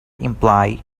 imply